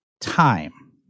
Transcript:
time